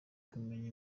kumenya